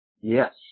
Yes